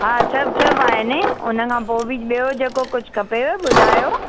हा सभु सभु आहिनि हुन खां पोइ बि ॿियो जेको कुझु खपेव ॿुधायो